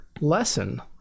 lesson